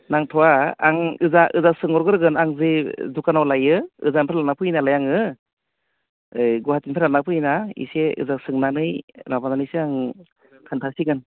नांथ'आ आं ओजा ओजा सोंहरग्रोगोन आं जे दुखानाव लायो ओजानिफ्राय लानानै फैयोनालाय आङो ओइ गुवाहाटिनिफ्राय लानानै फैयोना एसे ओजा सोंनानै माबानानैसो आं खोन्थासिगोन